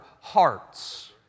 hearts